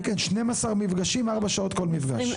כן, כן, 12 מפגשים, 4 שעות כל מפגש.